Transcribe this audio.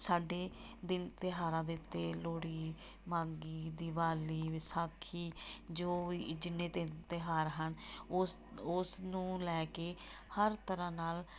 ਸਾਡੇ ਦਿਨ ਤਿਉਹਾਰਾਂ ਦੇ ਉੱਤੇ ਲੋਹੜੀ ਮਾਘੀ ਦਿਵਾਲੀ ਵਿਸਾਖੀ ਜੋ ਜਿੰਨੇ ਦਿਨ ਤਿਉਹਾਰ ਹਨ ਉਸ ਉਸ ਨੂੰ ਲੈ ਕੇ ਹਰ ਤਰ੍ਹਾਂ ਨਾਲ